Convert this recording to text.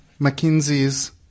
McKinsey's